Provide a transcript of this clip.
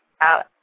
out